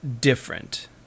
different